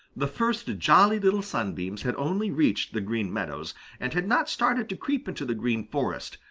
the first jolly little sunbeams had only reached the green meadows and had not started to creep into the green forest,